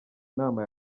nama